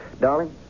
Darling